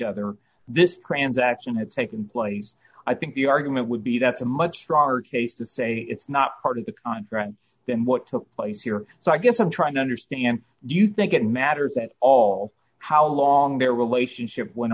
other this transaction had taken place i think the argument would be that's a much stronger case to say it's not part of the conference than what took place here so i guess i'm trying to understand do you think it matters at all how long their relationship went